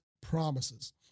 promises